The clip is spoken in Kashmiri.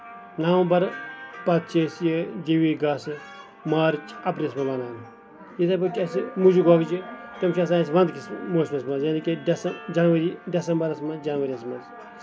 نَومبر پَتہٕ چھِ أسۍ یہِ جیٚمی گاسہٕ مارٕچ اَپریلَس منٛز وَوان یِتھٕے پٲٹھۍ چھُ اَسہِ مُجہِ گۄگجہِ تِم چھِ آسان اَسہِ وَنٛدٕکِس موسمَس منٛز یانے کہِ ڈسم جنؤری ڈسمبرس منٛز جنؤری یَس منٛز